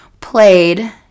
played